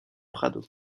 prado